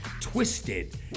Twisted